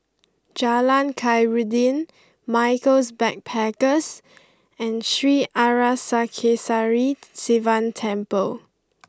Jalan Khairuddin Michaels Backpackers and Sri Arasakesari Sivan Temple